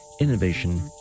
innovation